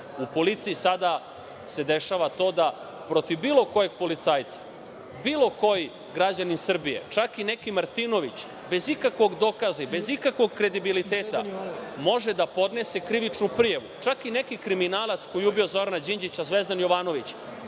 U policiji se sada dešava to da protiv bilo kojeg policajca, bilo koji građanin Srbije, čak i neki Martinović, bez ikakvog dokaza, bez ikakvog kredibiliteta, može da podnese krivičnu prijavu, čak i neki kriminalac koji je ubio Zorana Đinđića, Zvezdan Jovanović,